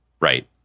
right